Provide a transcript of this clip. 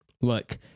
Look